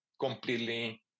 completely